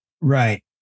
Right